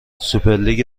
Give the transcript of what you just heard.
سوپرلیگ